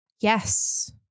Yes